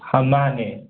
ꯍꯣꯏ ꯃꯥꯅꯦ